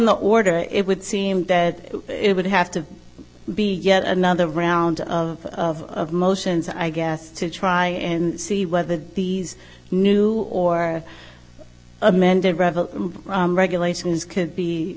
the order it would seem that it would have to be yet another round of of of motions i guess to try and see whether these new or amended revenue regulations could be